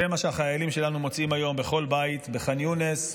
זה מה שהחיילים שלנו מוצאים היום בכל בית בח'אן יונס,